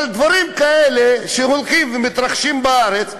אבל דברים כאלה שהולכים ומתרחשים בארץ,